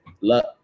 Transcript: Love